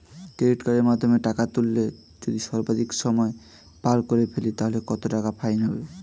Credit কার্ডের মাধ্যমে টাকা তুললে যদি সর্বাধিক সময় পার করে ফেলি তাহলে কত টাকা ফাইন হবে?